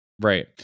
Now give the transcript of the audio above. Right